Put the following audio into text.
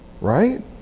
right